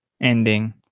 Ending